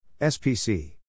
SPC